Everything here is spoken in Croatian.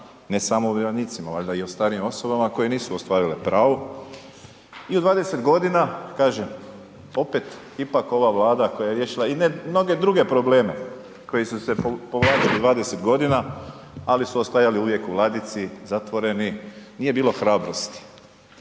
ne samo o umirovljenicima valjda i o starijim osobama koje nisu ostvarile pravo i u 20 godina kažem opet ipak ova Vlada koja je riješila i mnoge druge probleme koji su se povlačili 20.g., ali su ostajali uvijek u ladici zatvoreni, nije bilo hrabrosti.